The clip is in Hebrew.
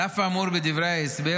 על אף האמור בדברי ההסבר,